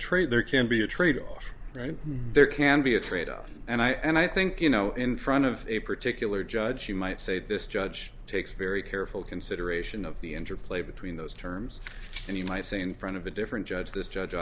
trade there can be a trade off and there can be a tradeoff and i think you know in front of a particular judge you might say this judge takes very careful consideration of the interplay between those terms and you might say in front of a different judge this judge